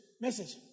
message